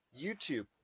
YouTube